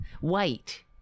white